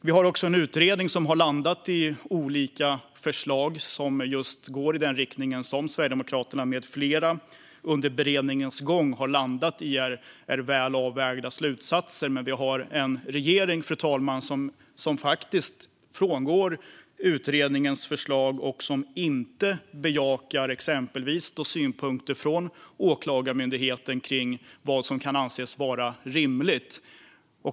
Vi har också en utredning som har landat i olika förslag, och de går i samma riktning som de slutsatser Sverigedemokraterna med flera under beredningens gång har landat i är väl avvägda. Men, fru talman, vi har en regering som faktiskt frångår utredningens förslag och som inte bejakar exempelvis synpunkter från Åklagarmyndigheten om vad som kan anses vara rimligt.